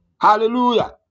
Hallelujah